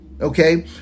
okay